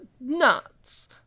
nuts